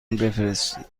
بفرستید